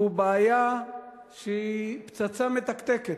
והוא בעיה שהיא פצצה מתקתקת.